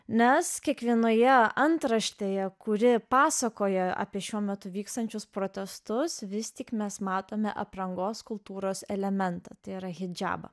nes kiekvienoje antraštėje kuri pasakoja apie šiuo metu vykstančius protestus vis tik mes matome aprangos kultūros elementą tai yra hidžabą